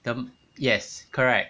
the yes correct